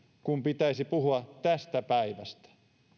kun pitäisi puhua tästä päivästä